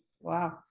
Wow